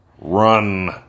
run